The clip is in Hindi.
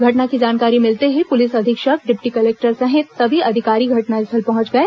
घटना की जानकारी मिलते ही पुलिस अधीक्षक डिप्टी कलेक्टर सहित सभी अधिकारी घटनास्थल पहुंच गए